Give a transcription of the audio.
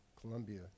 Colombia